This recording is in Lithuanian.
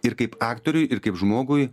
ir kaip aktoriui ir kaip žmogui